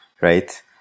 right